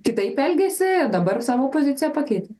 kitaip elgėsi dabar savo poziciją pakeitė